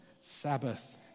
Sabbath